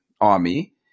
army